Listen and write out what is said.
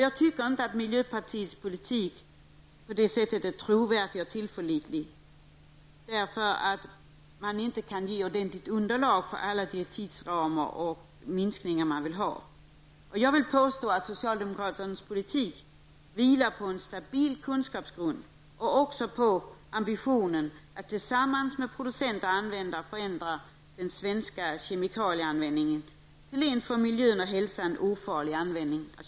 Jag tycker inte att miljöpartiets politik på detta område är trovärdigt och tillförlitligt. Man ger inte ett tillräckligt bra underlag för alla tidsramar och minskningar som man vill ha. Jag påstår att socialdemokraternas politik vilar på en stabil kunskapsgrund och på ambitionen att tillsammans med producenter och användare förändra den svenska kemikalieanvändningen till en för miljön och hälsan ofarlig användning.